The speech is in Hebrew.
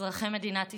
אזרחי מדינת ישראל,